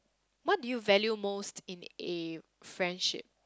what do you value most in a friendship